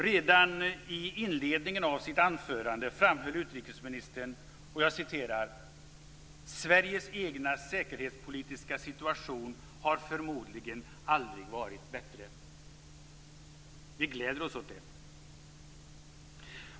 Redan i inledningen av sitt anförande framhöll utrikesministern följande: Sveriges egen säkerhetspolitiska situation har förmodligen aldrig varit bättre. Vi gläder oss åt det.